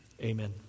amen